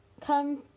come